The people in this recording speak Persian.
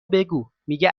بگو، میگه